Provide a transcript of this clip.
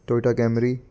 Toyota Camry